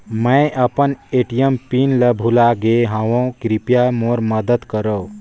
मैं अपन ATM pin ल भुला गे हवों, कृपया मोर मदद करव